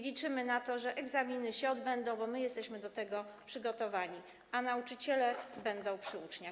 Liczymy na to, że egzaminy się odbędą, bo my jesteśmy do tego przygotowani, a nauczyciele będą przy uczniach.